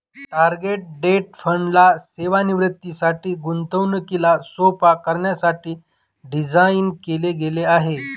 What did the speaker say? target date fund ला सेवानिवृत्तीसाठी, गुंतवणुकीला सोप्प करण्यासाठी डिझाईन केल गेल आहे